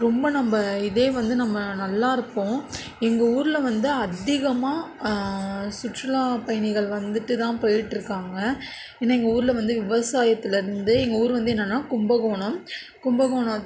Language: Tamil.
ரொம்ப நம்ப இதே வந்து நம்ம நல்லாருப்போம் எங்கள் ஊரில் வந்து அதிகமாக சுற்றுலா பயணிகள் வந்துட்டு தான் போய்ட்டுருக்காங்க ஏன்னா எங்கள் ஊரில் வந்து விவசாயத்துலருந்து எங்கள் ஊர் வந்து என்னன்னா கும்பகோணம் கும்பகோணம்